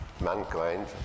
mankind